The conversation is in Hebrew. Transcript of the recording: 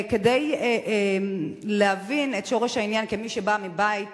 כדי להבין את שורש העניין, כמי שבאה מבית